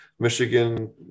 Michigan